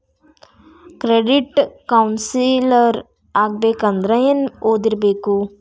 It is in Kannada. ಕ್ರೆಡಿಟ್ ಕೌನ್ಸಿಲರ್ ಆಗ್ಬೇಕಂದ್ರ ಏನ್ ಓದಿರ್ಬೇಕು?